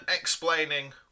explaining